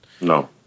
No